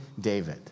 David